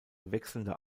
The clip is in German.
wechselnde